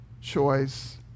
choice